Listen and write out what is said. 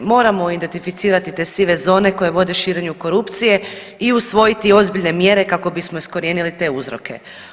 Moramo identificirati te sive zone koje vode širenju korupcije i usvojiti ozbiljne mjere kako bismo iskorijenili te uzroke.